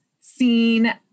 seen